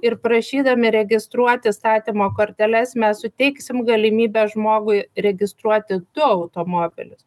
ir prašydami registruoti statymo korteles mes suteiksim galimybę žmogui registruoti du automobilius